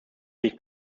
sich